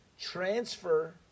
Transfer